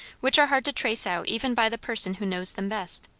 which are hard to trace out even by the person who knows them best.